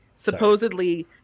supposedly